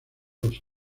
los